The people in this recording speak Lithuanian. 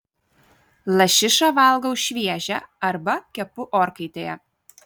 lašišą valgau šviežią arba kepu orkaitėje